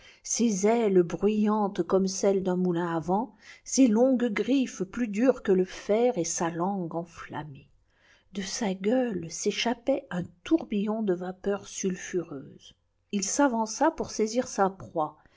ses ailes bruyantes comme celle d'un moulin à vent ses longues griffes plus dures que le fer et sa langue enflammée de sa gueule s'échappait un tourbillon de vapeurs sulfureuses il s'avança pour saisir sa proie